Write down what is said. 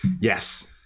Yes